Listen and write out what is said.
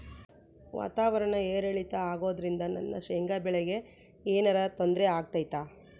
ವಾತಾವರಣ ಏರಿಳಿತ ಅಗೋದ್ರಿಂದ ನನ್ನ ಶೇಂಗಾ ಬೆಳೆಗೆ ಏನರ ತೊಂದ್ರೆ ಆಗ್ತೈತಾ?